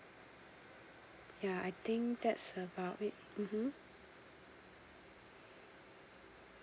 ya I think that's about it mmhmm